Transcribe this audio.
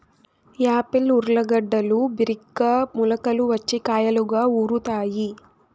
Apple ఊర్లగడ్డలు బిరిగ్గా మొలకలు వచ్చి కాయలుగా ఊరుతాయి